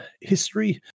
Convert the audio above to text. history